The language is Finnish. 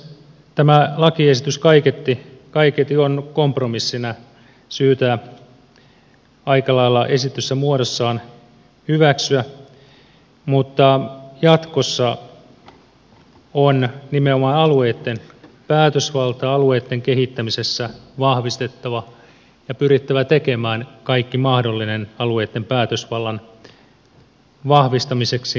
tämä lakiesitys kaiketi on kompromissina syytä aika lailla esitetyssä muodossaan hyväksyä mutta jatkossa on nimenomaan alueitten päätösvaltaa alueitten kehittämisessä vahvistettava ja pyrittävä tekemään kaikki mahdollinen alueitten päätösvallan vahvistamiseksi